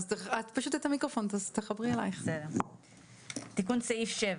תיקון סעיף 7: